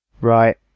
Right